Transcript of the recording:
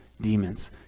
demons